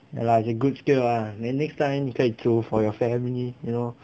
ya lah is a good skill lah then next time 你可以煮 for your family you know